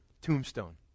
tombstone